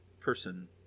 person